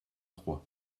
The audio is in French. trois